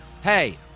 Hey